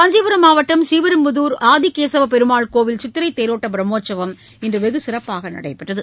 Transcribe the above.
காஞ்சிபுரம் மாவட்டம் ஸ்ரீபெரும்புதூர் ஆதி கேசவ பெருமாள் கோவில் சித்திரைத் தேரோட்ட பிரமோற்சவம் இன்று வெகு சிறப்பாக நடைபெற்றது